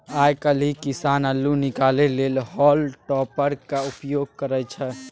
आइ काल्हि किसान अल्लु निकालै लेल हॉल टॉपरक प्रयोग करय छै